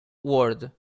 ward